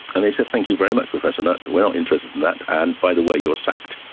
and they said, thank you very much professor nutt, we're not interested in that. and, by the way, you're sacked.